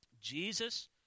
Jesus